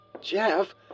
Jeff